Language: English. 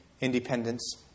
independence